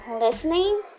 listening